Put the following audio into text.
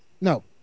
No